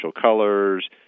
colors